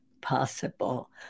possible